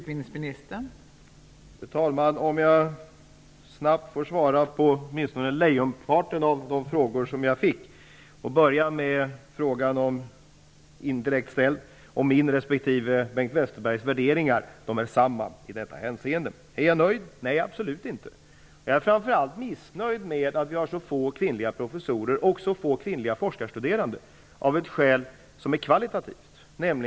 Fru talman! Låt mig snabbt svara på lejonparten av de frågor som jag fick. Jag börjar med med den indirekta frågan om mina respektive Bengt Westerbergs värderingar. De är desamma i detta hänseende. Sedan fick jag frågan om jag är nöjd. Nej, det är jag absolut inte. Jag är framför allt missnöjd med att vi har så få kvinnliga professorer och så få kvinnliga forskarstuderande. Jag är missnöjd av ett skäl som är kvalitativt.